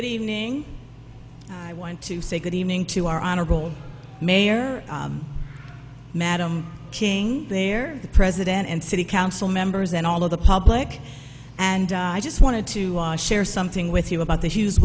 good evening i want to say good evening to our honorable mayor madam king there the president and city council members and all of the public and i just wanted to share something with you about the hug